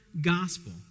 gospel